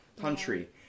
country